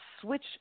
switch